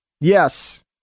Yes